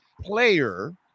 player